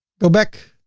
go back